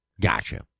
Gotcha